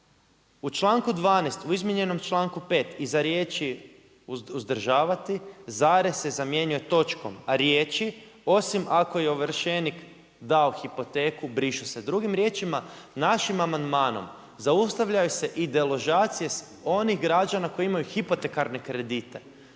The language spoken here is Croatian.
„U članku 12. u izmjenom članku 5. iza riječi uzdržavati zarez se zamjenjuje s točkom, a riječi, osim ako je ovršenik dao hipoteku, brišu se drugim riječima.“. Našim amandmanom zaustavljaju se i deložacije onih građana koji imaju hipotekarne kredite.